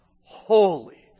Holy